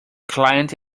client